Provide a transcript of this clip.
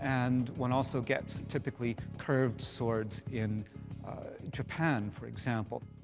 and one also gets typically curved swords in japan, for example.